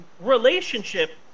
relationship